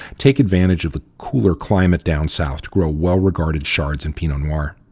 take advantage of the cooler climate down south to grow well regarded chards and pinot noir.